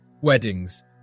weddings